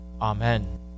Amen